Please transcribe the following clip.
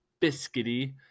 biscuity